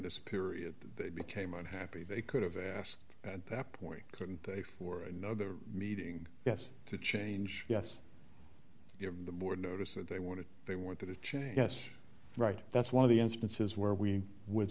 this period they became unhappy they could have asked at that point couldn't they for another meeting yes to change yes you know the board notice that they want to they want to change us right that's one of the instances where we would